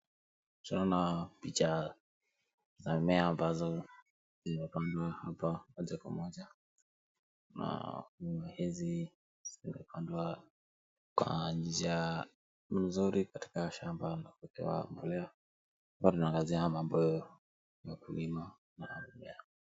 Tunaona picha za mimea ambazo zimepandwa apa moja kwa moja na kuna hizi zimepandwa kwa njia mzuri katika shamba na kuekewa mbolea . Hapa tunaangazia mambo ya ukulima wa mbolea.